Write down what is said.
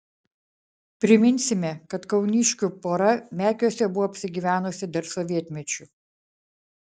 priminsime kad kauniškių pora mekiuose buvo apsigyvenusi dar sovietmečiu